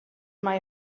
mae